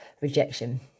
rejection